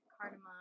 cardamom